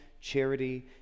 charity